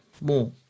more